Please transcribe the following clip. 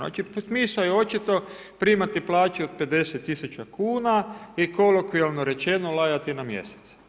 Znači, smisao je očito primati plaću od 50 tisuća kuna i kolokvijalno rečeno lajati na mjesec.